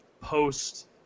post